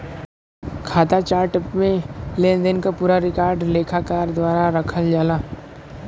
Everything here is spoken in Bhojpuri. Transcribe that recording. खाता चार्ट में लेनदेन क पूरा रिकॉर्ड लेखाकार द्वारा रखल जाला